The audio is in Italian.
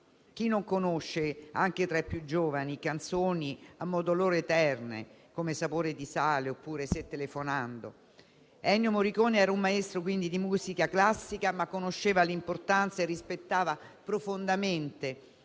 Chi non conosce, anche tra i più giovani, canzoni a modo loro eterne, come «Sapore di sale» oppure «Se telefonando»? Ennio Morricone era un maestro di musica classica, ma conosceva l'importanza della canzone